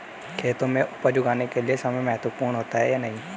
खेतों में उपज उगाने के लिये समय महत्वपूर्ण होता है या नहीं?